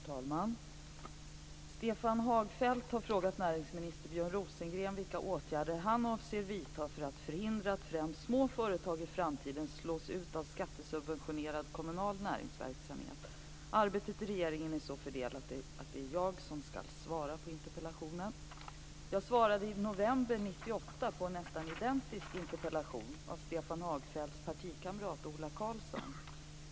Herr talman! Stefan Hagfeldt har frågat näringsminister Björn Rosengren vilka åtgärder han avser vidta för att förhindra att främst små företag i framtiden slås ut av skattesubventionerad kommunal näringsverksamhet. Arbetet i regeringen är så fördelat att det är jag som skall svara på interpellationen. Jag svarade i november 1998 på en nästan identisk interpellation av Stefan Hagfeldts partikamrat Ola Karlsson.